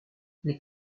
les